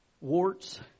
Warts